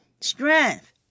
strength